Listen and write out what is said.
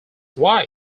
why